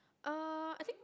uh I think